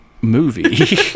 movie